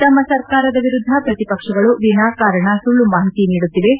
ತಮ್ನ ಸರ್ಕಾರದ ವಿರುದ್ದ ಪ್ರತಿಪಕ್ಷಗಳು ವಿನಾಕಾರಣ ಸುಳ್ಳು ಮಾಹಿತಿ ನೀಡುತ್ತಿವೆ